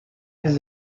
his